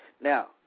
Now